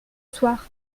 soir